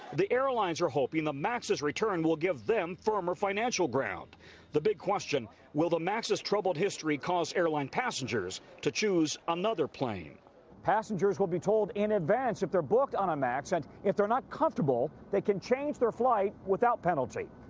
the airlines are hoping the max's return will give them firmer financial ground the big question will the max's troubled history cause airline passengers to choose another plane passengers will be told in advance if they're booked on a max and if they're not comfortable they can change the flight without penalty.